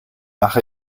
mach